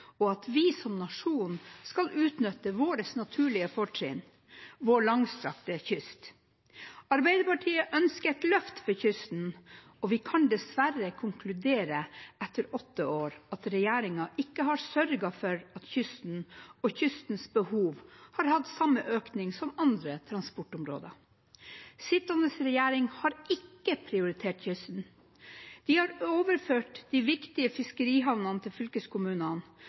og at vi som nasjon skal utnytte vårt naturlige fortrinn, vår langstrakte kyst. Arbeiderpartiet ønsker et løft for kysten, og vi kan dessverre etter åtte år konkludere med at regjeringen ikke har sørget for at kysten og kystens behov har hatt samme økning som andre transportområder. Sittende regjering har ikke prioritert kysten. De har overført de viktige fiskerihavnene til fylkeskommunene,